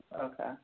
Okay